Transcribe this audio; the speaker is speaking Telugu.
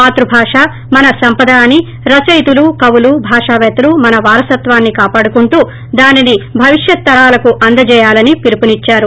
మాతృభాష మన సంపద అని రచయితలు కవులు భాషావేత్తలు మన వారసత్వాన్ని కాపాడుకుంటూ దానిని భవిష్యత్తు తరాలకు అందచేయాలని పిలుపునిచ్చారు